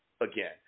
again